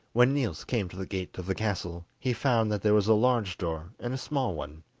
when niels came to the gate of the castle, he found that there was a large door and a small one,